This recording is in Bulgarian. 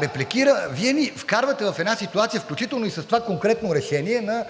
репликира. Вие ни вкарвате в една ситуация, включително и с това конкретно решение на